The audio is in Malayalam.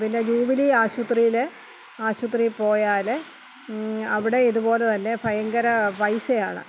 പിന്നെ ജൂബിലി ആശുപത്രിയിൽ ആശുപത്രി പോയാൽ അവിടെ ഇതുപോലെ തന്നെ ഭയങ്കര പൈസയാണ്